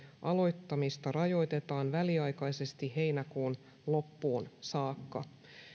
aloittamista rajoitetaan väliaikaisesti heinäkuun loppuun saakka